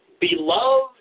beloved